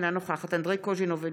אינה נוכחת אנדרי קוז'ינוב,